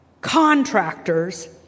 contractors